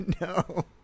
no